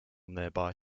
nearby